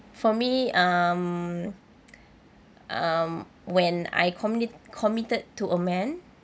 for me um um when I commit~ committed to a man